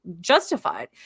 justified